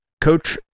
Coach